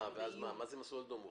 מה זה מסלול אדום?